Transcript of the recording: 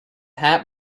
hat